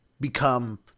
become